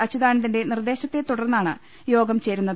അച്യുതാനന്ദന്റെ നിർദ്ദേശത്തെ തുടർന്നാണ് യോഗം ചേരുന്നത്